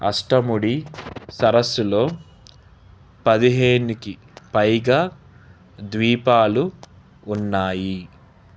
అష్టముడి సరస్సులో పదిహేనుకి పైగా ద్వీపాలు ఉన్నాయి